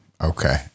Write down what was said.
Okay